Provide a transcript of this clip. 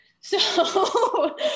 So-